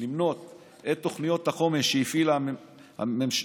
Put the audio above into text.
למנות את תוכניות החומש שהפעילה הממשלה